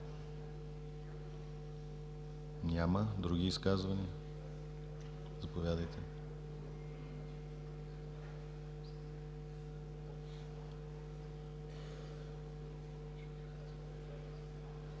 Няма. Други изказвания? Заповядайте.